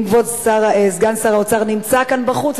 אם כבוד סגן שר האוצר נמצא בחוץ,